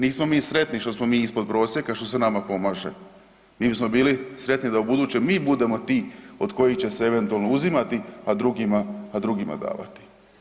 Nismo mi sretni što smo mi ispod prosjeka, što se nama pomaže, mi bismo bili sretni da ubuduće mi budemo ti od kojih će se eventualno uzimati, a drugima davati.